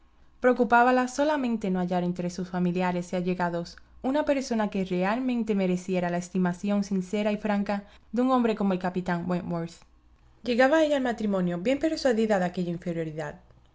preocupábala solamente no hallar entre sus familiares y allegados una persona que realmente mereciera la estimación sincera y franca de un hombre como el capitán wentworth llegaba ella al matrimonio bien persuadida de aquella inferioridad